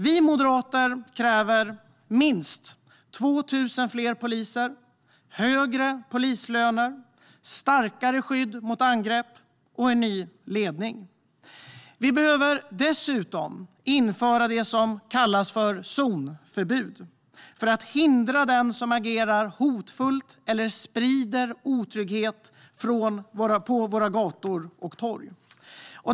Vi moderater kräver minst 2 000 fler poliser, högre polislöner, starkare skydd mot angrepp och en ny ledning. Vi behöver dessutom införa det som kallas zonförbud för att hindra den som agerar hotfullt eller sprider otrygghet på våra gator och torg.